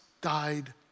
died